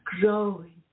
growing